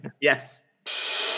Yes